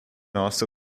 also